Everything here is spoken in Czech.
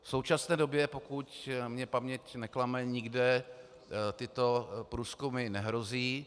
V současné době, pokud mě paměť neklame, nikde tyto průzkumy nehrozí.